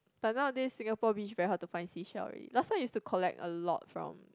but nowadays Singapore beach very hard to find seashell already last time I used to collect a lot from